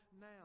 now